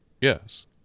Yes